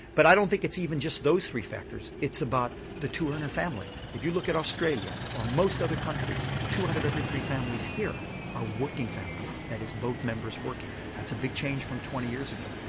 but i don't think it's even just those three factors, it's about the two-earner family. if you look at australia or most other countries, two out of every three families here are working families that is both members working. that's a big change from twenty years ago.